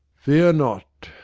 fear not.